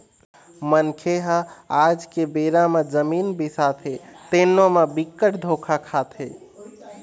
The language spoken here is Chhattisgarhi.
मनखे ह आज के बेरा म जमीन बिसाथे तेनो म बिकट धोखा खाथे